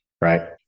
Right